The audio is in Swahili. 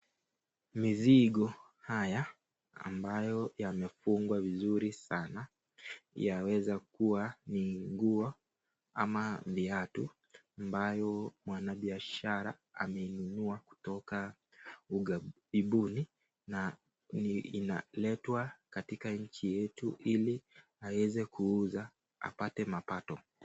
Mizigo haya ambayo yamefungwa vizuri sana yaweza kuwa ni nguo ama viatu ambayo mwanabiashara ameinunua kutoka ugaibuni na inaletwa katika nchi yetu hili aweze kuuza apate mapato.